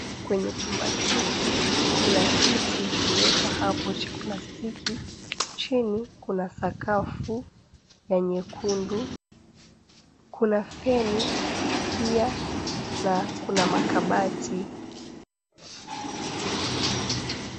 Kwenye chumba hiki kuna kiti kimewekwa hapo cha plastiki, chini kuna sakafu ya nyekundu, kuna feni pia na kuna makabati.